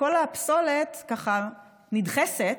כל הפסולת נדחסת,